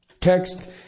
text